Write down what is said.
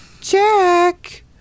Jack